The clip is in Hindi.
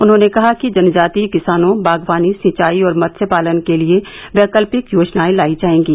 उन्होंने कहा कि जनजातीय किसानों बागवानी सिंचाई और मत्स्य पालन के लिए वैकल्पिक योजनाएं लाई जाएंगी